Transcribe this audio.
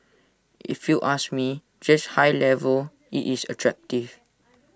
if you ask me just high level is IT attractive